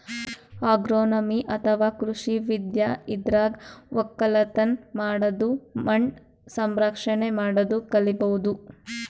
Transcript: agronomy ಅಥವಾ ಕೃಷಿ ವಿದ್ಯೆ ಇದ್ರಾಗ್ ಒಕ್ಕಲತನ್ ಮಾಡದು ಮಣ್ಣ್ ಸಂರಕ್ಷಣೆ ಮಾಡದು ಕಲಿಬಹುದ್